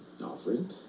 offering